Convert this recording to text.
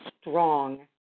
strong